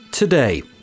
Today